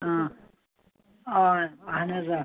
آ اہن حظ آ